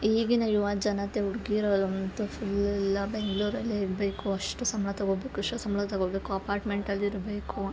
ಈಗಿನ ಯುವಜನತೆ ಹುಡ್ಗೀರಲಂತು ಫುಲ್ ಬೆಂಗ್ಳೂರಲೇ ಇರಬೇಕು ಅಷ್ಟು ಸಂಬಳ ತಗೊಬೇಕು ಇಷ್ಟು ಸಂಬಳ ತಗೊಬೇಕು ಅಪಾರ್ಟ್ಮೆಂಟಲ್ಲಿ ಇರಬೇಕು